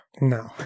No